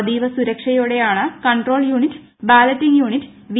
അതീവ സുരക്ഷയോടെയാണ് control unit balloting unit V